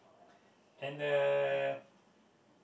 and uh